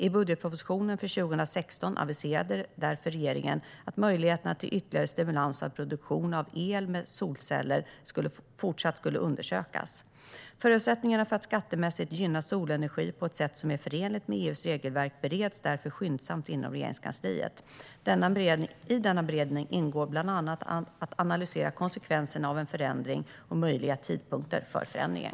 I budgetpropositionen för 2016 aviserade regeringen därför att möjligheterna till ytterligare stimulans till produktion av el med solceller skulle fortsätta undersökas. Förutsättningarna för att skattemässigt gynna solenergi på ett sätt som är förenligt med EU:s regelverk bereds därför skyndsamt inom Regeringskansliet. I denna beredning ingår bland annat att analysera konsekvenserna av en förändring och möjliga tidpunkter för förändringen.